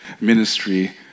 ministry